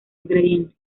ingrediente